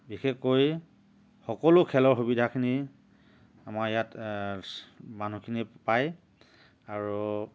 বিশেষকৈ সকলো খেলৰ সুবিধাখিনি আমাৰ ইয়াত মানুহখিনি পাই আৰু